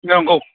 नोंगौ